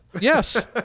yes